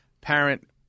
parent